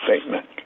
statement